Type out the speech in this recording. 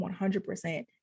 100%